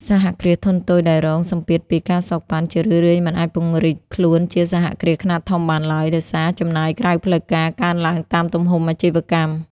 សហគ្រាសធុនតូចដែលរងសម្ពាធពី ការសូកប៉ាន់ ជារឿយៗមិនអាចពង្រីកខ្លួនជាសហគ្រាសខ្នាតធំបានឡើយ ដោយសារ "ចំណាយក្រៅផ្លូវការ" កើនឡើងតាមទំហំអាជីវកម្ម។